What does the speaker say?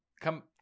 come